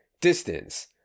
distance